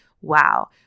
wow